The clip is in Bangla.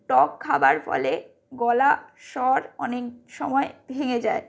টক খাওয়ার ফলে গলার স্বর অনেক সময়ে ভেঙে যায়